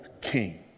king